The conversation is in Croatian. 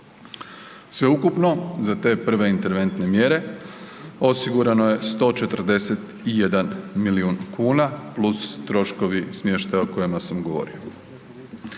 Sveukupno za te prve interventne mjere osigurano je 141 milijun kuna plus troškovi smještaja o kojima sam govorio.